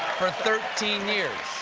for thirteen years.